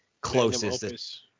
closest